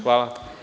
Hvala.